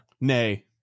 Nay